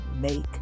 make